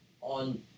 on